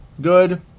good